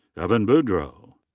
evan boudreaux.